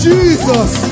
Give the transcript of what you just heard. Jesus